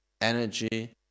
energy